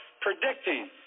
predicting